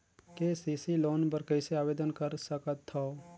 KCC loan बर कइसे आवेदन कर सकथव?